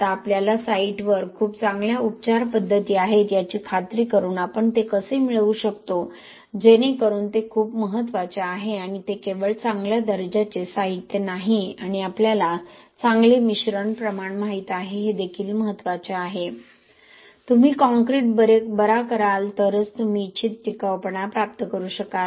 आता आपल्याला साइटवर खूप चांगल्या उपचार पद्धती आहेत याची खात्री करून आपण ते कसे मिळवू शकतो जेणेकरुन ते खूप महत्वाचे आहे आणि ते केवळ चांगल्या दर्जाचे साहित्य नाही आणि आपल्याला चांगले मिश्रण प्रमाण माहित आहे हे देखील महत्त्वाचे आहे तुम्ही काँक्रीट बरा कराल तरच तुम्ही इच्छित टिकाऊपणा प्राप्त करू शकाल